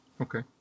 Okay